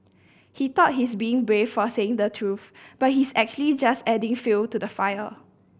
he thought he's being brave for saying the truth but he's actually just adding fuel to the fire